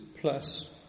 plus